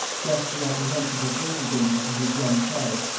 justly apprehensive of greater danger to his young charge,